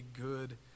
good